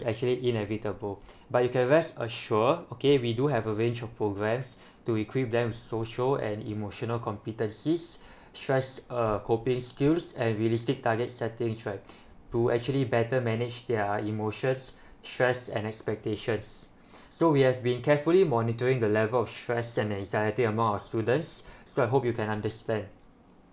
is actually inevitable but you can rest assured okay we do have a range of programs to equip them social and emotional competencies stress err coping skills and realistic target setting right to actually better manage their emotions stress and expectations so we have been carefully monitoring the level of stress and anxiety among our students so I hope you can understand